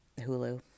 Hulu